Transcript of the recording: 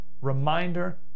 reminder